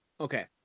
okay